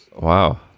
wow